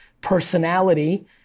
personality